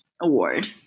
Award